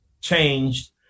changed